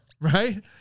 right